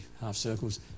half-circles